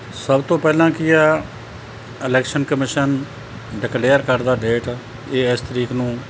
ਸਭ ਤੋਂ ਪਹਿਲਾਂ ਕੀ ਆ ਇਲੈਕਸ਼ਨ ਕਮਿਸ਼ਨ ਡਿਕਲੇਅਰ ਕਰਦਾ ਡੇਟ ਇਹ ਇਸ ਤਰੀਕ ਨੂੰ